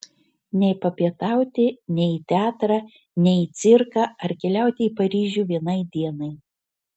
nei papietauti nei į teatrą nei į cirką ar keliauti į paryžių vienai dienai